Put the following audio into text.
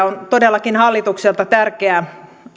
on todellakin hallitukselta tärkeä